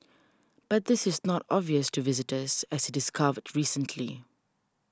but this is not obvious to visitors as discovered recently